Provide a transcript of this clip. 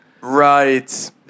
Right